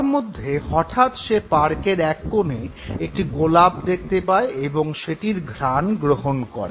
খাওয়ার মধ্যে হঠাৎ সে পার্কের এক কোণে একটি গোলাপ দেখতে পায় এবং সেটির ঘ্রাণ গ্রহণ করে